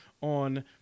on